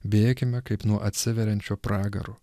bėkime kaip nuo atsiveriančio pragaro